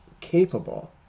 capable